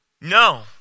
No